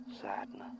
sadness